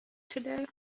today